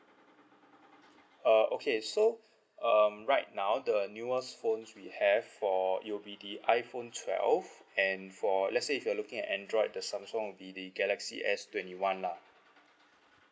uh okay so um right now the newest phones we have for it'll be the iphone twelve and for let's say if you're looking at android the samsung will be the galaxy S twenty one lah